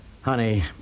Honey